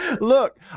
Look